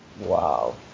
Wow